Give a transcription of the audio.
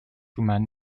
schumann